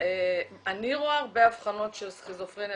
אני רואה הרבה אבחנות של סכיזופרניה